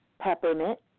Peppermint